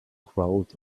crowd